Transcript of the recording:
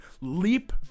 leap